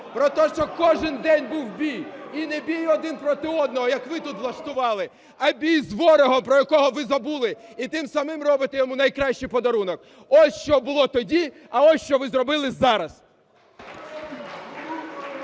Про те, що кожен день був бій, і не бій один проти одного, як ви тут влаштували, а бій з ворогом, про якого ви забули і тим самим робите йому найкращий подарунок. Ось що було тоді, а ось що ви зробили зараз.